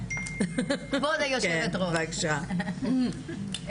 כבוד היושבת ראש אפשר מילה קצרה?